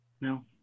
no